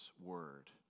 word